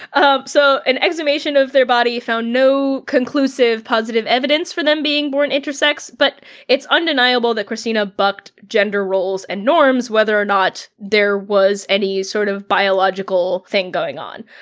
um so an exhumation of their body found no conclusive positive evidence for them being born intersex, but it's undeniable that kristina bucked gender roles and norms whether or not there was any sort of biological thing going on.